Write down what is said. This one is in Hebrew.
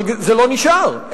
אבל זה לא נשאר,